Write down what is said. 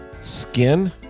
Skin